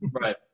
Right